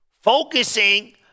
Focusing